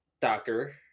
doctor